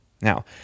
Now